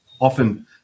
Often